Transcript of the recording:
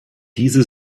diese